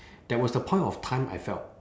that was the point of time I felt